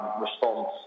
response